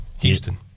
houston